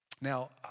Now